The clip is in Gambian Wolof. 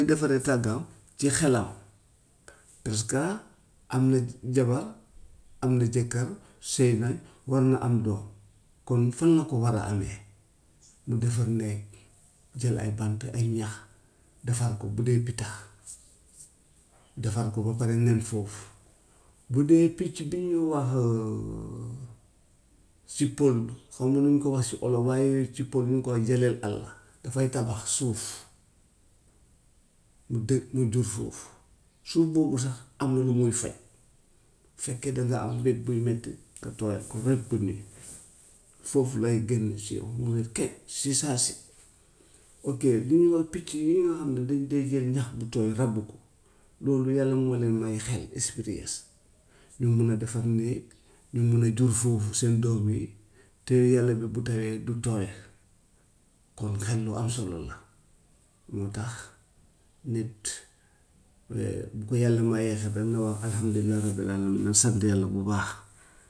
Muy defaree tàggam ci xelam parce que am na jabar, am na jëkkër, sëy na war na am doom, kon fan la ko war a amee, mu defar néeg jël ay bant ay ñax defar ko bu dee pitax, defar ko ba pare nen foofu. Bu dee picc bi ñuy wax si pël xamuma nu ñu koy waxee si olof waaye ci pël ñu ngi koy wax jeleel àlla dafay tabax suuf, mu dë- mu jur foofu, suuf boobu sax am na lu muy faj, fekkee dangaa am wet buy metti nga tooyal ko wet bu metti foofu lay génn si yow mu wér kecc si saa si. Ok, li ñuy wax picc yooyu nga xam ne dañ dee jël ñax bu tooy ràbb ko loolu yàlla moo leen may xel experience ñu mun a defar néeg, ñu mun a jur foofu seen doom yi te yàlla bi bu tawee du tooy. Kon xel lu am solo la, moo tax nit we- bu ko yàlla mayee xel rek na wax alhamdulilah rabil allamina sant yàlla bu baax.